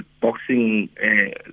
boxing